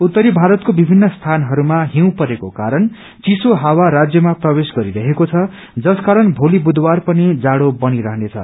उत्तरी भारतको विभिन्न स्थानहरूमा हिउँ परेको कारण चिसो हावा राज्यमा प्रवेश गरिरहेको छ जसकारण भोलि बुधबार पनि जाडो बनी रहनेछ